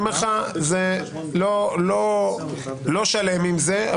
לא שלם עם זה.